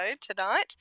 tonight